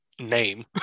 name